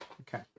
Okay